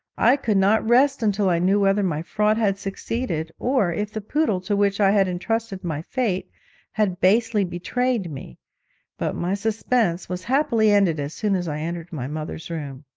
i could not rest until i knew whether my fraud had succeeded, or if the poodle to which i had entrusted my fate had basely betrayed me but my suspense was happily ended as soon as i entered my mother's room.